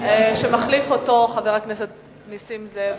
שמחליף אותו חבר הכנסת נסים זאב.